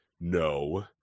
No